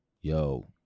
yo